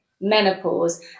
menopause